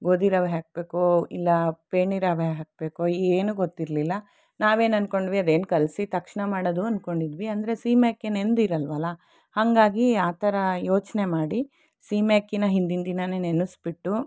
ಗೋಧಿ ರವೆ ಹಾಕಬೇಕೊ ಇಲ್ಲ ಪೇಣಿ ರವೆ ಹಾಕ್ಬೇಕೊ ಏನೂ ಗೊತ್ತಿರ್ಲಿಲ್ಲ ನಾವೇನು ಅಂದ್ಕೊಂಡ್ವಿ ಅದನ್ನು ಕಲಿಸಿ ತಕ್ಷಣ ಮಾಡೋದು ಅಂದುಕೊಂಡಿದ್ವಿ ಅಂದರೆ ಸೀಮೆ ಅಕ್ಕಿ ನೆನೆದಿರಲ್ಲಲ್ವಾ ಹಾಗಾಗಿ ಆ ಥರ ಯೋಚನೆ ಮಾಡಿ ಸೀಮೆ ಅಕ್ಕಿನ ಹಿಂದಿನ ದಿನ ನೆನಿಸ್ಬಿಟ್ಟು